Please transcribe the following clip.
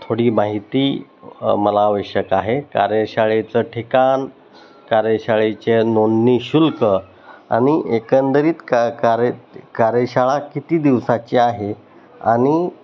थोडी माहिती मला आवश्यक आहे कार्यशाळेचं ठिकाण कार्यशाळेचे नोंदणी शुल्क आणि एकंदरीत का कार्य कार्यशाळा किती दिवसाची आहे आणि